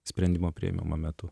sprendimo priėmimo metu